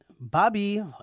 Bobby